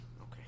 Okay